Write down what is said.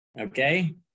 okay